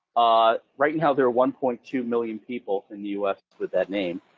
ah right now, there are one point two million people in the us with that name.